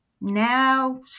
now